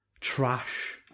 trash